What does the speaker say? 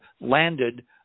landed